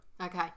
okay